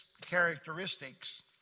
characteristics